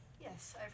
Yes